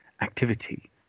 activity